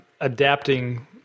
adapting